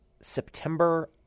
September